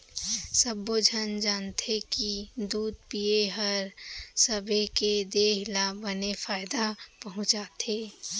सब्बो झन जानथें कि दूद पिए हर सबे के देह ल बने फायदा पहुँचाथे